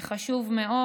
חשוב מאוד.